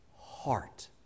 heart